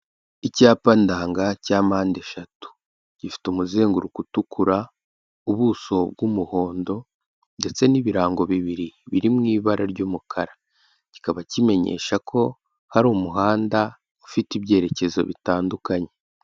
Icyapa ndanga cya mpande eshatu. Gifite umuzenguruko utukura, ubuso bw'umuhondo ndetse n'ibirango bibiri biri mu ibara ry'umukara. Kikaba kimenyesha ko hari umuhanda ufite ibyerekezo bitandukanye.